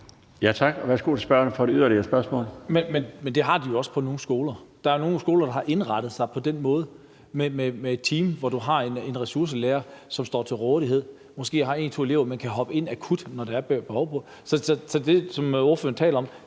Tak. Værsgo til spørgeren for et yderligere spørgsmål. Kl. 17:51 Lars Boje Mathiesen (UFG): Men det har de jo også på nogle skoler. Der er jo nogle skoler, der har indrettet sig på den måde med et team, hvor du har en ressourcelærer, som står til rådighed, som måske har en-to elever, og som kan hoppe ind akut, når der er et behov for det. Så det, som ordføreren taler om,